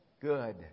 good